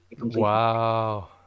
Wow